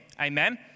amen